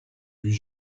puis